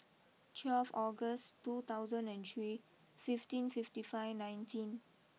twelve August two thousand and three fifteen fifty five nineteen